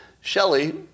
Shelley